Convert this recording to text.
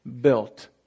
built